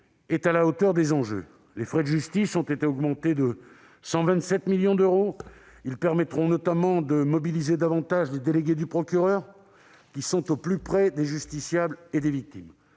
est à la hauteur des enjeux. Les frais de justice ont été augmentés de 127 millions d'euros. Ils permettront notamment de mobiliser davantage les délégués du procureur, qui sont au plus près des justiciables et des victimes.